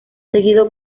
seguido